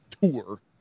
tour